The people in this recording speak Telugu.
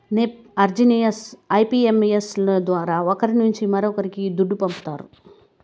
నెప్ట్, ఆర్టీజియస్, ఐయంపియస్ ల ద్వారా ఒకరి నుంచి మరొక్కరికి దుడ్డు పంపతారు